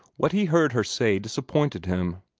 what he heard her say disappointed him.